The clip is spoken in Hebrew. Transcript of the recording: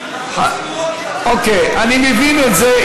אני מבין את זה.